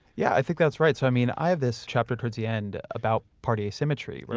yeah, i think that's right. so, i mean i have this chapter towards the end about party asymmetry, right?